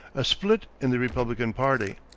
split in the republican party.